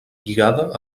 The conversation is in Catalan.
lligada